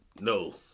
No